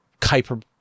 Kuiper